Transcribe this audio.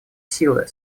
силы